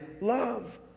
love